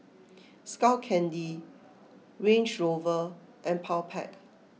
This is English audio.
Skull Candy Range Rover and Powerpac